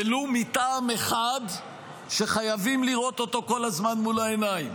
ולו מטעם אחד שחייבים לראות אותו כל הזמן מול העיניים.